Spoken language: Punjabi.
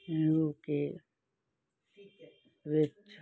ਯੂਕੇ ਵਿੱਚ